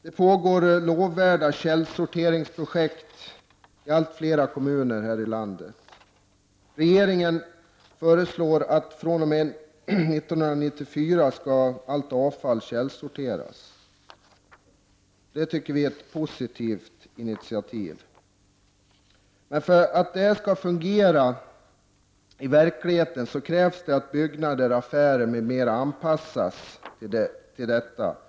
Det startas lovvärda källsorteringsprojekt i allt fler kommuner här i landet. Dessutom föreslår regeringen att allt avfall skall källsorteras fr.o.m. 1994. Det tycker vi är ett positivt inititativ. Men för att det här skall fungera i verkligheten krävs det att byggnader, affärer m.m. anpassas till detta system.